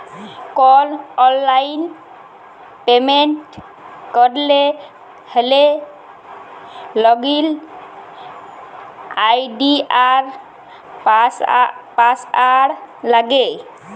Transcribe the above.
call অললাইল payment ক্যরতে হ্যলে লগইল আই.ডি আর পাসঅয়াড় লাগে